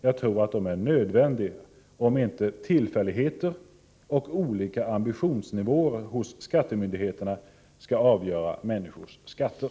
Jag tror att det är nödvändigt, om inte tillfälligheter och olika ambitionsnivåer hos skattemyndigheterna skall avgöra människors skatter.